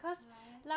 why